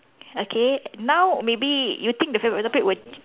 okay now maybe you think the favorite topic would